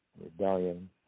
rebellion